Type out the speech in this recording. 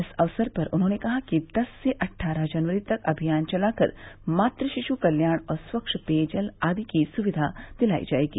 इस अवसर पर उन्होंने कहा कि दस से अट्ठाईस जनवरी तक अभियान चलाकर मात शिश् कल्याण और स्वच्छ पेयजल आदि की सुविधा दिलायी जायेगी